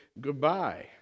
goodbye